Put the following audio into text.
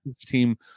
team